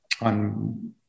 on